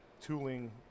tooling